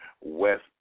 West